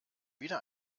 wieder